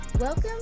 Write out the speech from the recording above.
Welcome